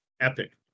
epic